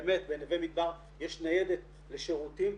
באמת בנווה מדבר יש ניידת לשירותים,